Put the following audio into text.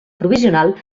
provisional